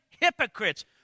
hypocrites